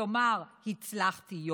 יאמר: הצלחתי,